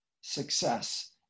success